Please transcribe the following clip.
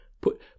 put